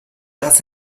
dass